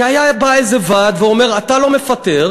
כי היה בא איזה ועד ואומר: אתה לא מפטר.